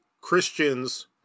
Christians